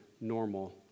normal